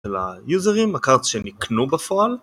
של היוזרים, הקארט שהם יקנו בפועל